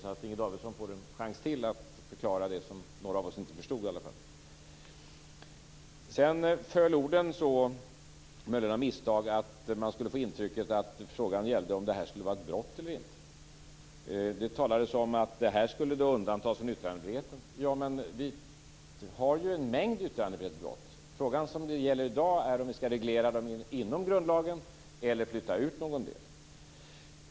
Nu får Inger Davidson en chans till att förklara det som några av oss inte förstod. Sedan föll orden så - om det möjligen var av misstag - att man fick intrycket att frågan gällde om ifall innehav av barnpornografi skulle betraktas om ett brott eller inte. Det talades om att det skulle undantas yttrandefriheten. Men det finns ju en mängd yttrandefrihetsbrott! Frågan i dag gäller om vi skall reglera det hela inom grundlagen eller flytta ut någon del.